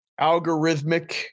algorithmic